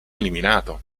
eliminato